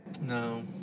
No